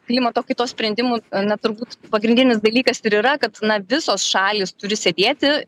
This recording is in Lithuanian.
klimato kaitos sprendimų na turbūt pagrindinis dalykas ir yra kad na visos šalys turi sėdėti